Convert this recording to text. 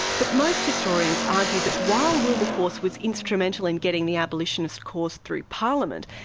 but most historians argue that while wilberforce was instrumental in getting the abolitionist cause through parliament,